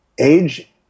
age